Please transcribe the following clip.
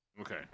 Okay